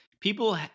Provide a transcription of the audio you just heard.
People